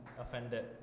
offended